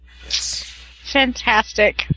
Fantastic